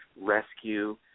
rescue